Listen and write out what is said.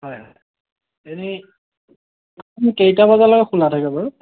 হয় হয় এনেই কেইটা বজালৈকে খোলা থাকে বাৰু